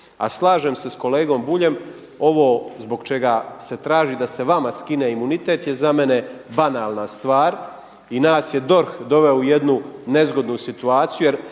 A slažem se s kolegom Buljem ovo zbog čega se traži da se vama skine imunitete je za mene banalna stvar i nas je DORH doveo u jednu nezgodnu situaciju